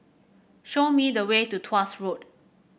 show me the way to Tuas Road